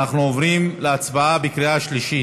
אנחנו עוברים להצבעה בקריאה שלישית.